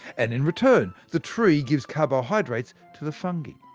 and in return, the tree gives carbohydrates to the fungi.